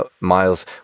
Miles